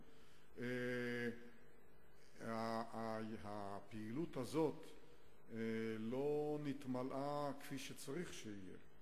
במקום, הפעילות הזאת לא נתמלאה כפי שצריך שיהיה.